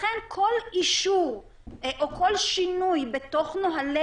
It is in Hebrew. לכן כל אישור או כל שינוי בתוך נהלי